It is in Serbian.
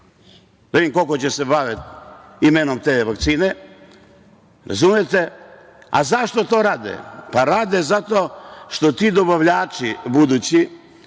da vidim koliko će da se bave imenom te vakcine. Razumete? Zašto to rade? Rade zato što će ti dobavljači, budući,